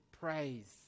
praise